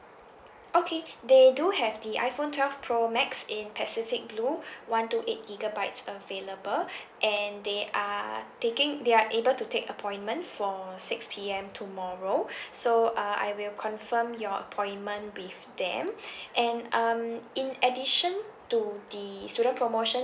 okay they do have the iPhone twelve pro max in pacific blue one two eight gigabytes available and they are taking they are able to take appointment for six P_M tomorrow so uh I will confirm your appointment with them and um in addition to the student promotion